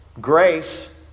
Grace